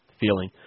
feeling